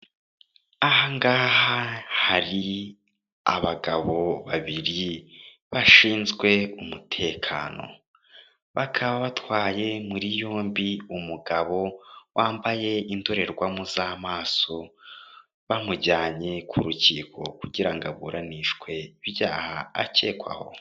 Aha ngaha hari abagabo babiri bashinzwe umutekano. Bakaba batwaye muri yombi umugabo wambaye indorerwamo z'amaso, bamujyanye ku rukiko kugira ngo aburanishwe ibyaha akekwaho.